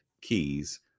keys